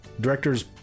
directors